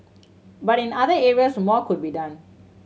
but in other areas more could be done